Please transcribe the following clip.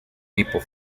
people